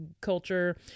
culture